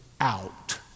out